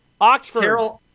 Oxford